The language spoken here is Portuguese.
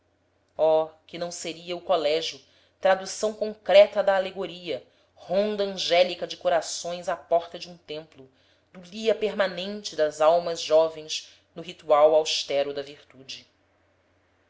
oh que não seria o colégio tradução concreta da alegoria ronda angélica de corações à porta de um templo dulia permanente das almas jovens no ritual austero da virtude